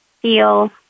feel